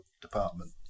department